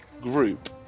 Group